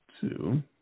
two